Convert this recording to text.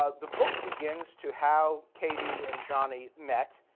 ah the book begins to how katie and johnny met.